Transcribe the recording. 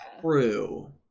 True